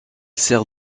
sert